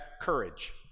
Courage